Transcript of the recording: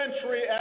century